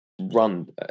run